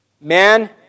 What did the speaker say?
Man